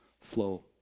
flow